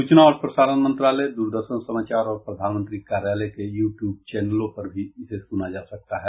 सूचना और प्रसारण मंत्रालय द्रदर्शन समाचार और प्रधानमंत्री कार्यालय के यू ट्यूब चैनलों पर भी इसे सुना जा सकता है